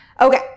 Okay